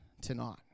tonight